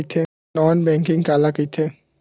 Non banking काला कइथे?